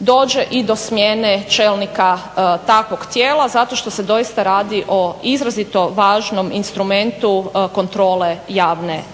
dođe i do smjene čelnika takvog tijela zato što se doista radi o izrazito važnom instrumentu kontrole